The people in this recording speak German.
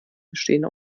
bestehen